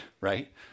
right